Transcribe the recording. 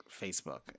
Facebook